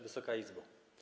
Wysoka Izbo!